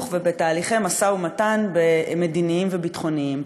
ובתהליכי משא-ומתן מדיניים וביטחוניים.